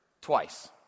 twice